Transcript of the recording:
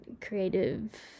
creative